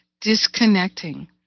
disconnecting